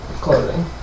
clothing